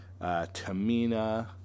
Tamina